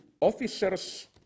officers